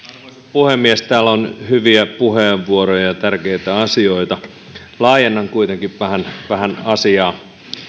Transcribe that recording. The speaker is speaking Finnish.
puhemies täällä on ollut hyviä puheenvuoroja ja tärkeitä asioita laajennan kuitenkin vähän asiaa